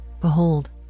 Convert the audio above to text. Behold